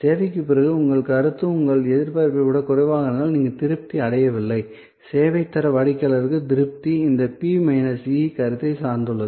சேவைக்குப் பிறகு உங்கள் கருத்து உங்கள் எதிர்பார்ப்பை விட குறைவாக இருந்தால் நீங்கள் திருப்தி அடையவில்லை சேவை தர வாடிக்கையாளர் திருப்தி இந்த P மைனஸ் E கருத்தை சார்ந்துள்ளது